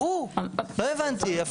ברור, לא הבנתי.